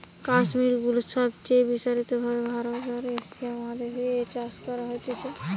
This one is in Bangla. কাশ্মীর উল সবচে বিস্তারিত ভাবে ভারতে আর এশিয়া মহাদেশ এ চাষ করা হতিছে